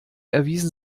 erwiesen